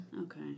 Okay